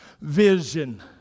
Vision